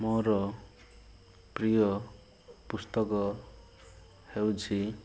ମୋର ପ୍ରିୟ ପୁସ୍ତକ ହେଉଛି